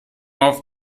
auf